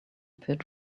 pit